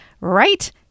Right